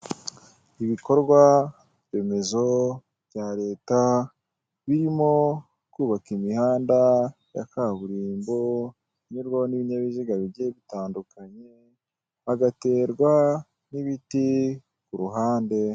Ibikorwa remezo bya leta birimo kubaka imihanda ya kaburimbo inyurwaho n'ibinyabiziga bigiye bitandukanye hagaterwa n'ibiti ku ruhande.